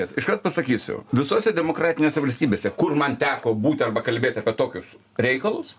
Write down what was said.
bet iškart pasakysiu visose demokratinėse valstybėse kur man teko būti arba kalbėt apie tokius reikalus